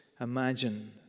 imagine